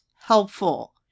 helpful